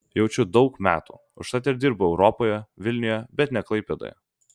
jaučiu daug metų užtat ir dirbu europoje vilniuje bet ne klaipėdoje